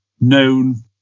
known